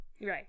Right